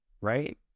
right